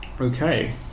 Okay